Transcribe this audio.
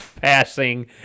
passing